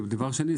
ודבר שני,